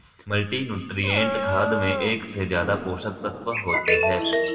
multinutrient खाद में एक से ज्यादा पोषक तत्त्व होते है